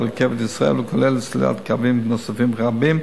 "רכבת ישראל" והכוללת סלילת קווים נוספים רבים,